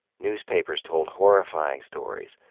newspapers told horrifying stories,